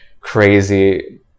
crazy